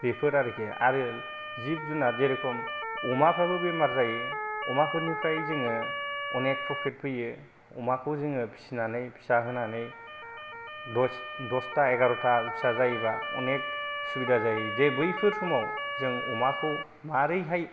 बेफोर आरोखि आरो जिब जुनाद जेरेखम अमाफ्राबो बेमार जायो अमाफोरनिफ्राय जोङो अनेख प्रफिट फैयो अमाखौ जोङो फिसिनानै फिसा जाहोनानै दसथा एगार'था फिसा जायोबा अनेख सुबिदा जायो जे बैफोर समाव जों अमाखौ माबोरैहाय